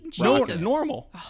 normal